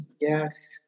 Yes